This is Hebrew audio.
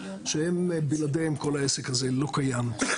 שהן בלעדיהן כל העסק הזה לא קיים.